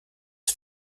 aus